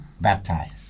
baptized